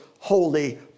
holy